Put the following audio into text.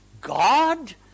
God